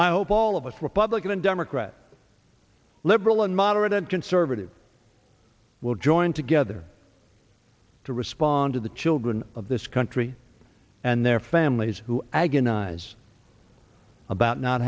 i hope all of us republican and democrat liberal and moderate and conservative will join together to respond to the children of this country and their families who agonize about not